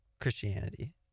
Christianity